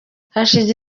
hashize